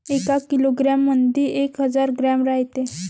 एका किलोग्रॅम मंधी एक हजार ग्रॅम रायते